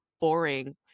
boring